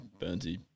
Burnsy